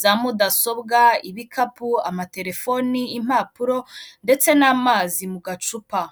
za mudasobwa, ibikapu, amatelefoni, impapuro ndetse n'amazi mu gacupa.